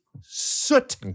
soot